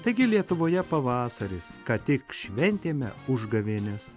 taigi lietuvoje pavasaris ką tik šventėme užgavėnes